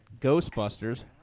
Ghostbusters